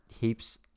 heaps